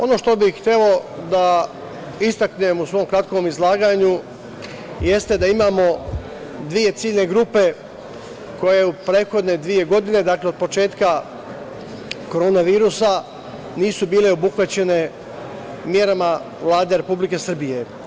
Ono što bih hteo da istaknem u svom kratkom izlaganju jeste da imamo dve ciljne grupe koje u prethodne dve godine, dakle, od početka korona virusa nisu bile obuhvaćene merama Vlade Republike Srbije.